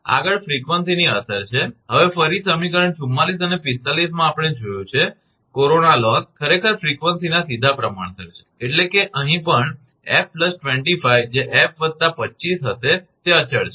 આગળ ફ્રિકવન્સીની અસર છે હવે ફરી સમીકરણ 44 અને 45 માં આપણે જોયું છે કોરોના લોસ ખરેખર ફ્રિકવન્સીના સીધા પ્રમાણસર છે એટલે કે અહીં પણ 𝑓 25 જે એફ વત્તા 25 હશે તે અચળ છે